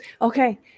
Okay